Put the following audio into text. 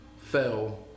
fell